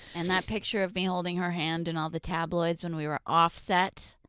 and that picture of me holding her hand in all the tabloids when we were off set,